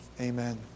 Amen